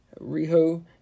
Riho